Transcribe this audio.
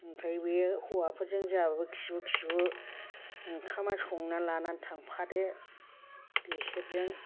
ओमफ्राय बियो हौवाफोरजों जोंहाबो खिबु खिबु ओंखामा संना लानानै थांफादो बिसोरजों